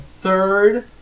third